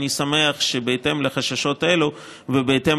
אני שמח שבהתאם לחששות האלה ובהתאם